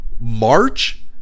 March